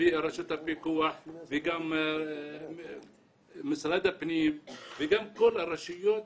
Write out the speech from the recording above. רשות הפיקוח וגם משרד הפנים וגם כל הרשויות